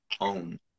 own